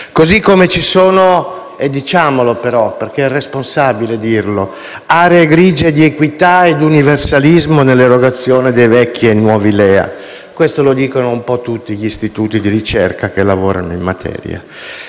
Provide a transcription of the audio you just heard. Così come ci sono - diciamolo, perché è responsabile dirlo - aree grigie di equità e di universalismo nell'erogazione dei vecchi e dei nuovi LEA; questo lo dicono un po' tutti gli istituti di ricerca che lavorano in materia.